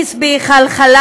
שהכניס בי חלחלה,